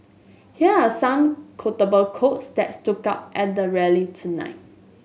here are some quotable quotes that stood out at the rally tonight